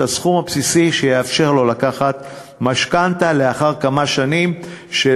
את הסכום הבסיסי שיאפשר לו לקחת משכנתה לאחר כמה שנים של